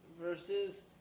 versus